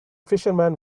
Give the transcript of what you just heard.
fisherman